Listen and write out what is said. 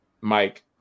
Mike